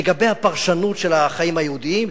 לגבי הפרשנות של החיים היהודיים,